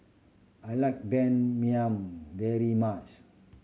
I like Ban Mian very much